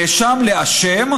נאשם לאשם,